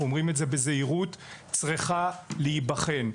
אומרים את זה בזהירות צריכה להיבחן.